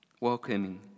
Welcoming